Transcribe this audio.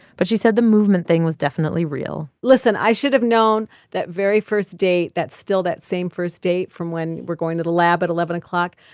but she said the movement thing was definitely real listen. i should have known that very first date. that's still that same first date from when we're going to the lab at eleven zero.